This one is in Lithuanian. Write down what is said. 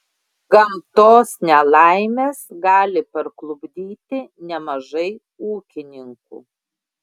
gamtos nelaimės gali parklupdyti nemažai ūkininkų